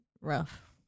rough